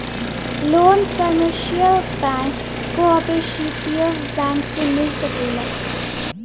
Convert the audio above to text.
loan commercial bank cooperative bank से मिल सकेला